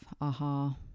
Aha